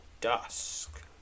dusk